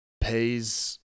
pays